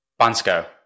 Bansko